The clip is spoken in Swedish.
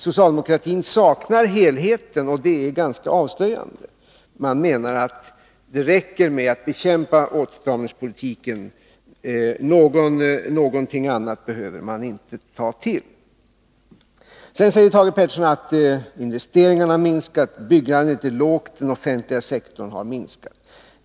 Socialdemokratin saknar helheten, vilket är ganska avslöjande. Man menar att det räcker med att bekämpa åtstramningspolitiken. Någonting annat behöver man inte ta till. Sedan säger Thage Peterson att investeringarna minskar, byggandet är lågt och den offentliga sektorn krymper.